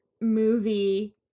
movie